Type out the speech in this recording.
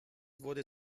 wurde